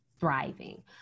thriving